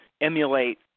emulate